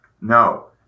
no